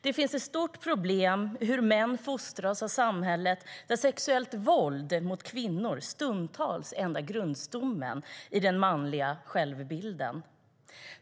Det finns ett stort problem med hur män fostras av samhället. Sexuellt våld mot kvinnor är stundtals den enda grundstommen i den manliga självbilden.